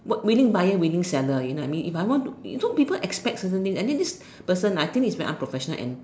willing buyer willing seller you know what I mean if I want to so people expect certain things and then this person ah I think is very unprofessional and